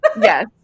Yes